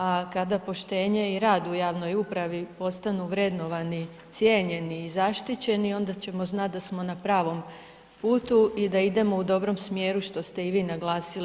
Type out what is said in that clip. A kada poštenje i rad u javnoj upravi postanu vrednovani, cijenjeni i zaštićeni onda ćemo znat da smo na pravom putu i da idemo u dobrom smjeru, što ste i vi naglasili.